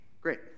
Great